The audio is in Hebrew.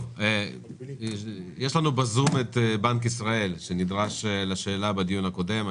יש לנו בזום את בנק ישראל שנדרש לשאלה בדיון הקודם.